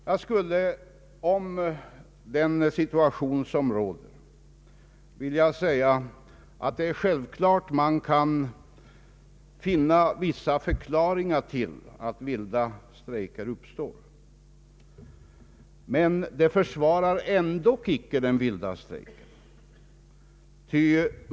Jag skulle vilja säga om den situation som råder att man självfallet kan finna vissa förklaringar till att vilda strejker uppstår, men det försvarar ändå inte den vilda strejken.